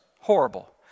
Horrible